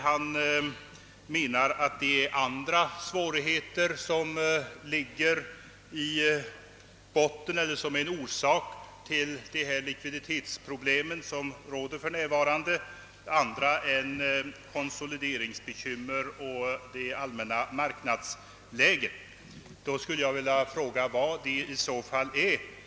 Han menade att det är andra svårigheter än konsolideringsbekymmer och det allmänna marknadsläget som är orsaken till de likviditetsproblem vilka för närvarande föreligger. Jag skulle i så fall vilja fråga vilka dessa är.